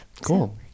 Cool